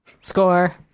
Score